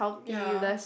ya